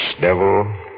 devil